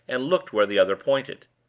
and looked where the other pointed.